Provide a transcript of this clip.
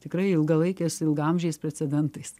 tikrai ilgalaikės ilgaamžiais precedentais